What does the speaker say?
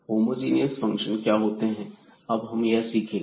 homogeneous function क्या होते हैं यह अब हम सीखेंगे